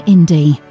Indie